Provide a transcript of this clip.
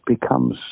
becomes